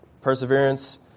Perseverance